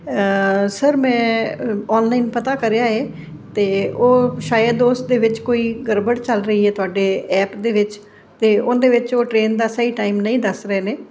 sir ਮੈਂ online ਪਤਾ ਕਰਿਆ ਹੈ ਅਤੇ ਉਹ ਸ਼ਾਇਦ ਉਸਦੇ ਵਿੱਚ ਕੋਈ ਗੜਬੜ ਚੱਲ ਰਹੀ ਹੈ ਤੁਹਾਡੇ ਐਪ ਦੇ ਵਿੱਚ ਅਤੇ ਉਹਦੇ ਵਿੱਚ ਉਹ ਟਰੇਨ ਦਾ ਸਹੀ ਟਾਈਮ ਨਹੀਂ ਦੱਸ ਰਹੇ ਨੇ